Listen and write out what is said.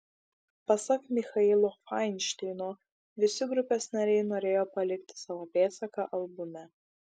pasak michailo fainšteino visi grupės nariai norėjo palikti savo pėdsaką albume